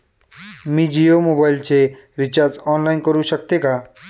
मी जियो मोबाइलचे recharge online करू शकते का?